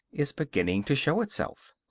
is beginning to show itself.